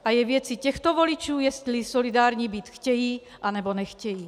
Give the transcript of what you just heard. A je věcí těchto voličů, jestli solidární být chtějí, anebo nechtějí.